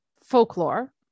folklore